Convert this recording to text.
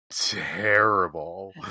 terrible